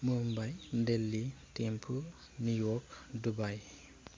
Mumbai Delhi Thimphu New York Dubai